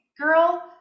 girl